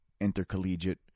Intercollegiate